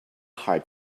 hard